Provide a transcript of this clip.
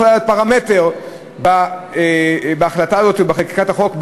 להיות פרמטר בהחלטה הזאת ובחקיקת החוק,